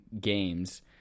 games